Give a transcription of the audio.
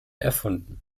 erfunden